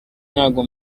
ntago